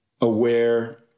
aware